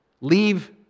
leave